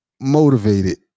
motivated